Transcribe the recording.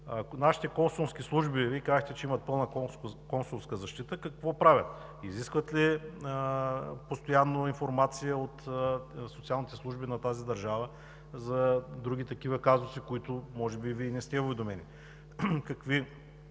Нашите консулски служби – Вие казахте, че има пълна консулска защита – какво правят? Изискват ли постоянно информация от социалните служби на тази държава за други такива казуси, за които може би Вие не сте уведомени?